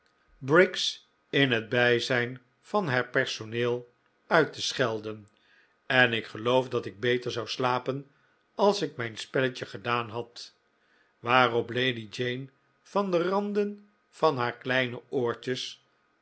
briggs in het bijzijn van haar personeel uit te schelden en ik geloof dat ik beter zou slapen als ik mijn spelletje gedaan had waarop lady jane van de randen van haar kleine oortjes